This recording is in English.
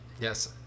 yes